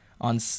on